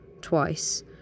twice